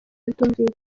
bitumvikana